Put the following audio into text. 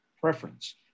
preference